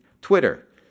Twitter